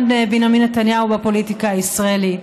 בנימין נתניהו בפוליטיקה הישראלית.